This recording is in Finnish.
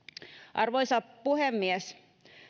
arvoisa puhemies